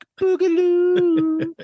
boogaloo